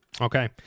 okay